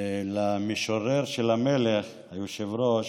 למשורר של המלך, היושב-ראש,